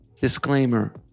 Disclaimer